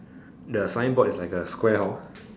the sign board is like a square hor